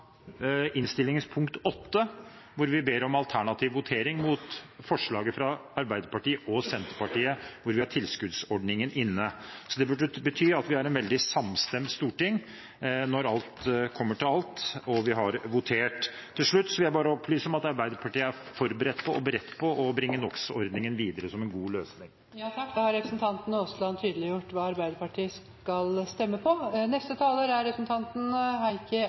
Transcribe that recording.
hvor vi ber om alternativ votering mot forslag nr. 2 fra Arbeiderpartiet og Senterpartiet, hvor vi har tilskuddsordningen inne. Det burde bety at vi er et veldig samstemt storting når alt kommer til alt og vi har votert. Til slutt vil jeg bare opplyse om at Arbeiderpartiet er forberedt på og beredt på å bringe NOx-ordningen videre som en god løsning. Da har representanten Aasland tydeliggjort hva Arbeiderpartiet skal stemme på.